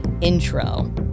intro